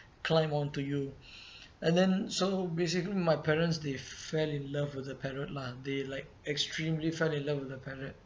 climb onto you and then so basically my parents they fell in love with the parrot lah they like extremely fell in love with the parrot